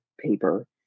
paper